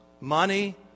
money